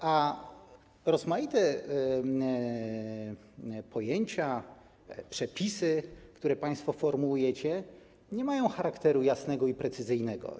Natomiast rozmaite pojęcia, przepisy, które państwo formułujecie, nie mają charakteru jasnego i precyzyjnego.